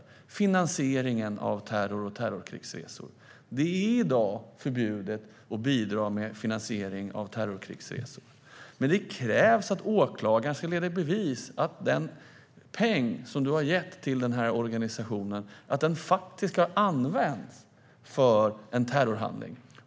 När det gäller finansieringen av terror och terrorkrigsresor är det i dag förbjudet att bidra med finansiering till terrorkrigsresor, men det krävs att åklagaren ska leda i bevis att den peng du har gett till organisationen faktiskt har använts för en terrorhandling.